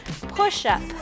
push-up